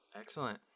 Excellent